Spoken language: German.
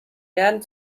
werden